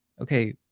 okay